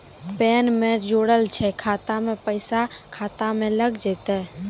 Pan ने जोड़लऽ छै खाता मे पैसा खाता मे लग जयतै?